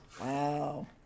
Wow